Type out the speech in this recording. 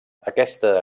aquesta